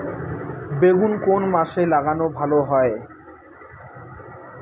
বেগুন কোন মাসে লাগালে ভালো হয়?